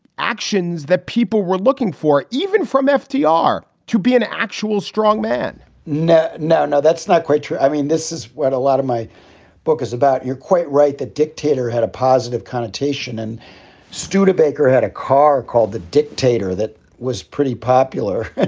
actions that people were looking for. even from fdr to be an actual strong man no, no, no, that's not quite true. i mean, this is what a lot of my book is about. you're quite right. the dictator had a positive connotation and studabaker had a car called the dictator that was pretty popular.